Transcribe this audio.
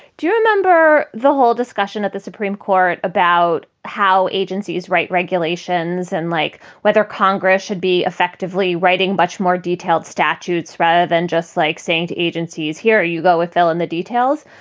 do you remember the whole discussion at the supreme court about how agencies write regulations and like whether congress should be effectively writing much more detailed statutes rather than just like saying to agencies, here you go with fill in the details.